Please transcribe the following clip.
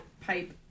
pipe